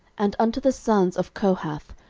and unto the sons of kohath,